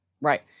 Right